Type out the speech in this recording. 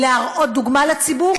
היא להראות דוגמה לציבור,